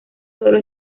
solo